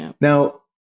Now